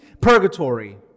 purgatory